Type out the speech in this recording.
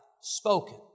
spoken